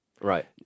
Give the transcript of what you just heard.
Right